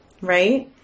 right